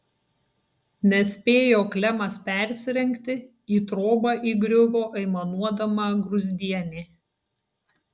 nespėjo klemas persirengti į trobą įgriuvo aimanuodama gruzdienė